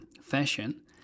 fashion